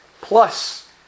plus